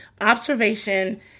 Observation